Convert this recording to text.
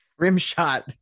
Rimshot